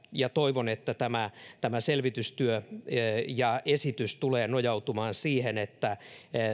ja toivon että tämä tämä selvitystyö ja esitys tulevat nojautumaan siihen että